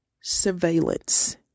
surveillance